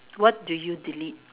what do you delete